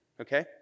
okay